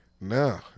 No